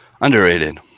underrated